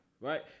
right